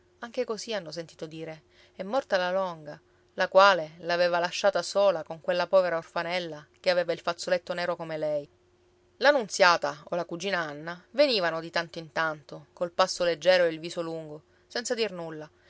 anche così hanno sentito dire è morta la longa la quale l'aveva lasciata sola con quella povera orfanella che aveva il fazzoletto nero come lei la nunziata o la cugina anna venivano di tanto in tanto col passo leggero e il viso lungo senza dir nulla